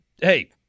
hey